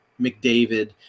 McDavid